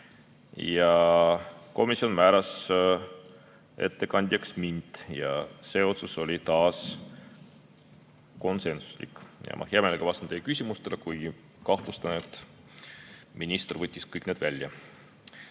Komisjon määras ettekandjaks minu ja see otsus oli taas konsensuslik. Ma hea meelega vastan teie küsimustele, kuigi kahtlustan, et minister võttis kõik need välja.